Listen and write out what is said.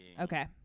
Okay